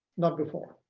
not before.